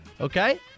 Okay